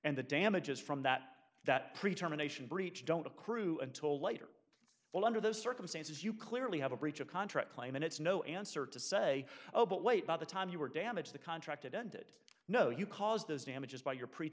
and the damages from that that pre term anation breach don't accrue until later well under those circumstances you clearly have a breach of contract claim and it's no answer to say oh but wait by the time you were damaged the contracted ended no you caused those damages by your pre